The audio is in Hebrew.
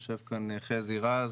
יושב כאן חזי רז,